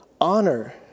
honor